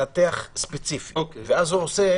ומנתח ספציפי, ואז הוא עושה